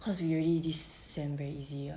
cause we already this sem very easy [what]